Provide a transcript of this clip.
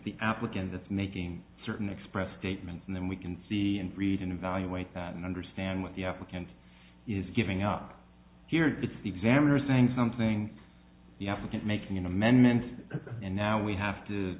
the applicant that's making certain express statements and then we can see and read and evaluate and understand what the applicant is giving out here to the examiner saying something you have and making an amendment and now we have